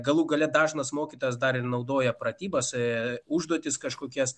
galų gale dažnas mokytojas dar naudoja pratybose užduotis kažkokias